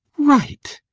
right!